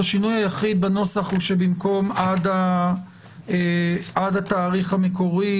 השינוי היחיד בנוסח הוא שבמקום עד התאריך המקורי,